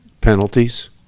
penalties